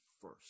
first